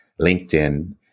LinkedIn